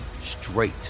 straight